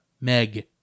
Meg